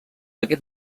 aquest